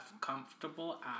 comfortable